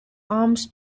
arms